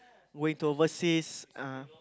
going to overseas uh